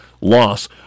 loss